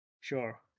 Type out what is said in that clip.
sure